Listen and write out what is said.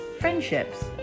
friendships